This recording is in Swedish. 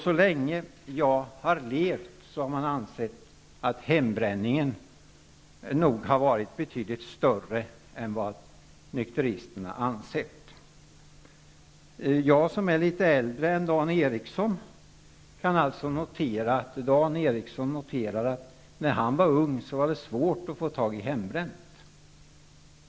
Så länge jag har levt har man ansett att hembränningen nog har varit betydligt större än nykteristerna har ansett. Jag som är litet äldre än Dan Eriksson i Stockholm kan alltså notera att han säger att när han var ung var det svårt att få tag i hembränt.